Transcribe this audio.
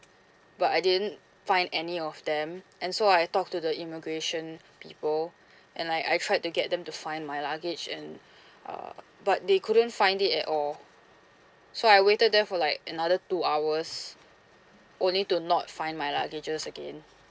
but I didn't find any of them and so I talked to the immigration people and like I tried to get them to find my luggage and uh but they couldn't find it at all so I waited there for like another two hours only to not find my luggages again